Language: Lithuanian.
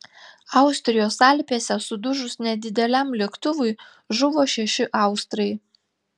austrijos alpėse sudužus nedideliam lėktuvui žuvo šeši austrai